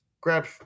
grab